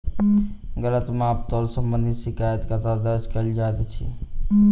गलत माप तोल संबंधी शिकायत कतह दर्ज कैल जाइत अछि?